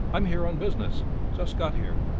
i'm here on business just got here,